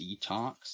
detox